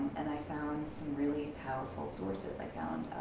and i found some really powerful sources. i found